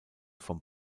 vom